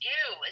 ew